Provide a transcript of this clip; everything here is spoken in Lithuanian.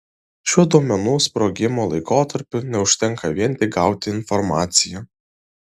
šiuo duomenų sprogimo laikotarpiu neužtenka vien tik gauti informaciją